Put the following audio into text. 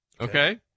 Okay